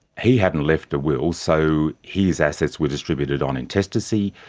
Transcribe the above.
he hadn't left a will, so his assets were distributed on intestacy.